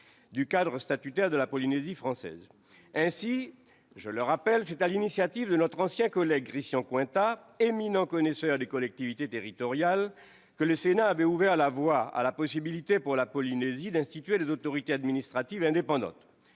au cadre statutaire de la Polynésie française. Ainsi, c'est sur l'initiative de notre ancien collègue Christian Cointat, éminent connaisseur des collectivités territoriales, que le Sénat avait ouvert la voie à la possibilité, pour la Polynésie, d'instituer des autorités administratives indépendantes.